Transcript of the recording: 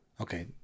okay